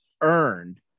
earned